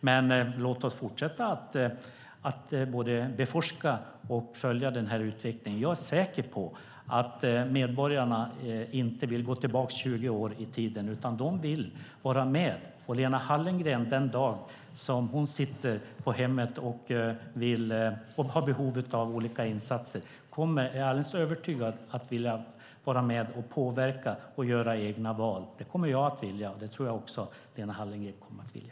Men låt oss fortsätta att både beforska och följa den här utvecklingen! Jag är säker på att medborgarna inte vill gå tillbaka 20 år i tiden, utan de vill vara med. Den dag som Lena Hallengren sitter på hemmet och har behov av olika insatser kommer hon, det är jag alldeles övertygad om, att vilja vara med och påverka och göra egna val. Det kommer jag att vilja, och det tror jag som sagt också att Lena Hallengren kommer att vilja.